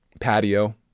patio